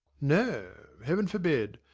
no heaven forbid!